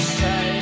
say